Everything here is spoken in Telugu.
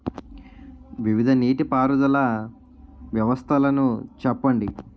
వివిధ నీటి పారుదల వ్యవస్థలను చెప్పండి?